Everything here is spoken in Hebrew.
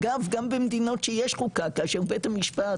אגב, גם במדינות שיש חוקה, כאשר בית המשפט